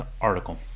article